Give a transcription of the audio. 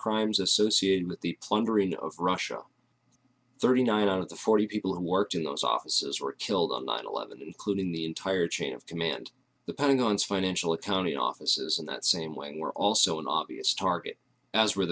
crimes associated with the plundering of russia thirty nine of the forty people who worked in those offices were killed on nine eleven including the entire chain of command the pentagon's financial accounting offices in that same way and were also an obvious target as were